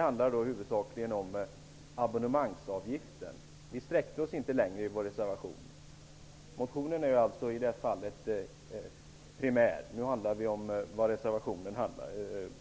handlar huvudsakligen om abonnemangsavgiften. Vi sträckte oss inte längre i vår reservation. Motionen är alltså i det fallet primär. Nu handlar det om vad reservationen tar upp.